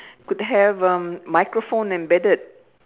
could have a microphone embedded